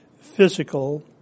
physical